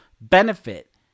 benefit